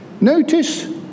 Notice